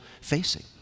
facing